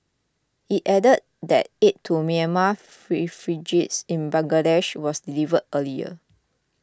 it added that aid to Myanmar in Bangladesh was delivered earlier